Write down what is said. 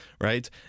Right